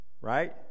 right